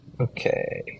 Okay